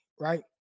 right